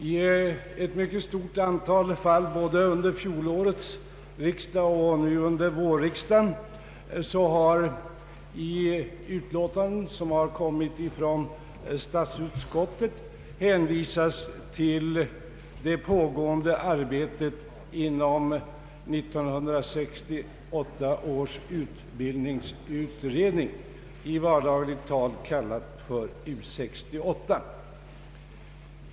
I ett mycket stort antal fall både under fjolårets riksdag och nu under vårriksdagen har i utlåtanden som kommit från statsutskottet hänvisats till det pågående arbetet inom 1968 års utbildningsutredning, i vardagligt tal kallad för U 68.